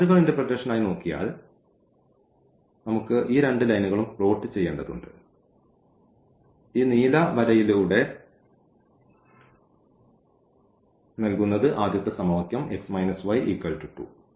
geometrical ഇന്റെർപ്രെറ്റേഷനായി നോക്കിയാൽ നമുക്ക് ഈ രണ്ട് ലൈനുകളും പ്ലോട്ട് ചെയ്യേണ്ടതുണ്ട് ഈ നീല വരയിലൂടെ നൽകുന്നത് ആദ്യത്തെ സമവാക്യം x y 2